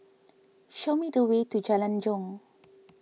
show me the way to Jalan Jong